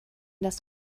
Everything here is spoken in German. das